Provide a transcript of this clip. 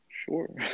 sure